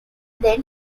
than